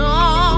no